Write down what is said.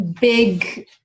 big